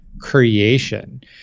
creation